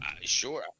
Sure